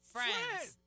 Friends